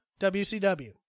WCW